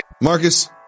Marcus